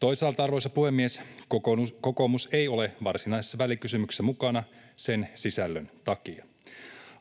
Toisaalta, arvoisa puhemies, kokoomus ei ole varsinaisessa välikysymyksessä mukana sen sisällön takia.